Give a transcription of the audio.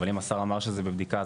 אם השר אמר שזה בבדיקה,